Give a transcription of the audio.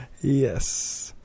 Yes